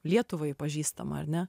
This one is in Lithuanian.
lietuvai pažįstama ar ne